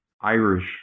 Irish